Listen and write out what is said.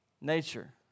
nature